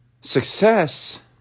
Success